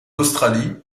australie